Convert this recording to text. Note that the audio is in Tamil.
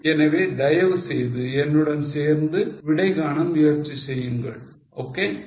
எனவே தயவுசெய்து என்னுடன் சேர்ந்து விடை காண முயற்சி செய்யுங்கள் ok